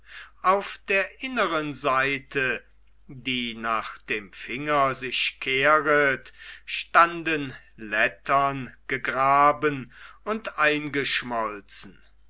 auf der inneren seite die nach dem finger sich kehret standen lettern gegraben und eingeschmolzen